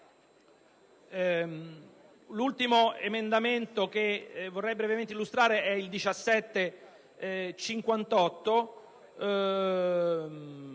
L'ultimo emendamento che vorrei brevemente illustrare è il 17.58.